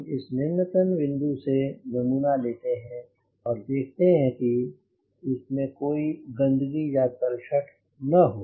हम इस निम्नतम बिंदु से नमूना लेते हैं और देखते हैं की इसमें कोई गन्दगी या तलछट न हो